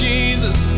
Jesus